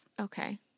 Okay